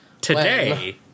Today